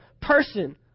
person